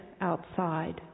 outside